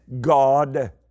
God